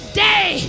day